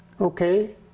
okay